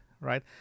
right